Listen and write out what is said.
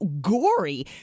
gory